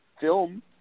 film